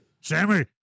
Sammy